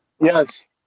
Yes